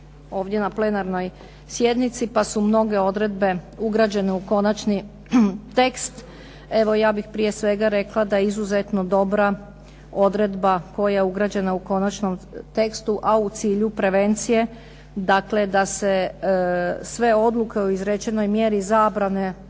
ovdje na plenarnoj sjednici, pa su mnoge odredbe ugrađene u konačni tekst. Evo ja bih prije svega rekla da je izuzetno dobra odredba koja je ugrađena u konačnom tekstu, a u cilju prevencije dakle da se sve odluke o izrečenoj mjeri zabrane